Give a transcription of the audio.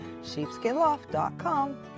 Sheepskinloft.com